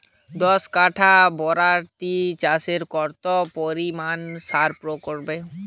দশ কাঠা বরবটি চাষে কত পরিমাণ সার প্রয়োগ করব?